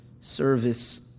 service